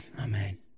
Amen